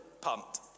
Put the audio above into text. pumped